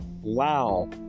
wow